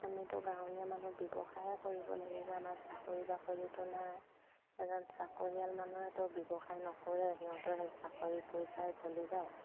আমিতো গাঁৱলীয়া মানুহ ব্যৱসায়ে কৰিব লাগিব আমাৰ চাকৰি বাকৰিটো নাই এজন চাকৰিয়াল মানুহেতো ব্যৱসায় নকৰে সিহঁতৰ সেই চাকৰি পইচাই চলি যায়